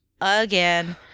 again